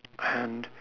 and